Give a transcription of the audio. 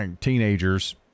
teenagers